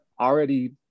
already